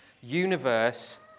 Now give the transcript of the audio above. universe